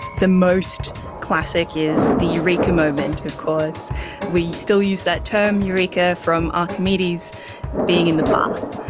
the most classic is the eureka moment because we still use that term, eureka, from archimedes being in the bath.